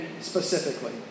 specifically